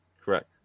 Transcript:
correct